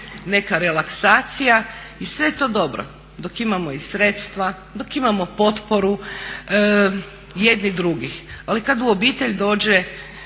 neka relaksacija i sve je to dobro dok imamo i sredstva, dok imamo potporu jedni drugih, ali kad u obitelj dođe